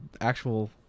actual